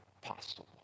possible